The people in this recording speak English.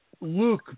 Luke